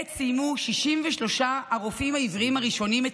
עת סיימו 63 הרופאים העבריים הראשונים את